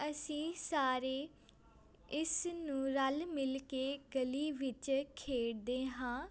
ਅਸੀਂ ਸਾਰੇ ਇਸ ਨੂੰ ਰਲ ਮਿਲ ਕੇ ਗਲੀ ਵਿੱਚ ਖੇਡਦੇ ਹਾਂ